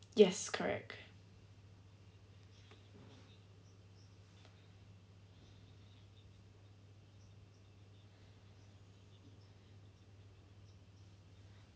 yes correct